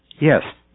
Yes